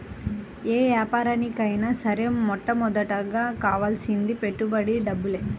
యే యాపారానికైనా సరే మొట్టమొదటగా కావాల్సింది పెట్టుబడి డబ్బులే